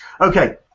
Okay